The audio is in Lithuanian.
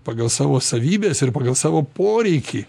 pagal savo savybes ir pagal savo poreikį